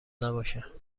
نباشه